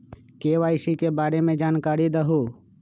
KYC के बारे में जानकारी दहु?